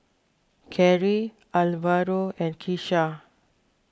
Cary Alvaro and Kisha